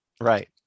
right